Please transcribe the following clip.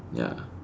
ya